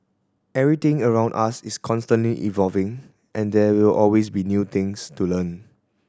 everything around us is constantly evolving and there will always be new things to learn